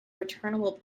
returnable